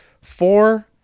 four